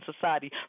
society